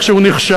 איך שהוא נכשל,